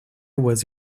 was